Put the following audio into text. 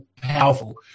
Powerful